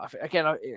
Again